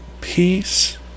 peace